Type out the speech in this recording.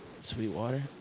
Sweetwater